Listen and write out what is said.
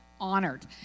honored